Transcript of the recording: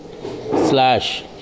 Slash